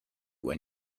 when